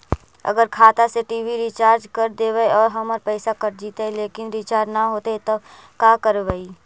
अगर खाता से टी.वी रिचार्ज कर देबै और हमर पैसा कट जितै लेकिन रिचार्ज न होतै तब का करबइ?